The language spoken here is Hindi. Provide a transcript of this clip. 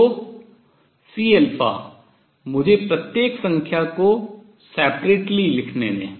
तो C मुझे प्रत्येक संख्या को अलग से लिखने दें